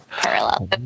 parallel